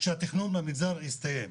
שהתכנון במגזר יסתיים.